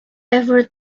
ever